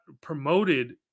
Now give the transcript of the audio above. promoted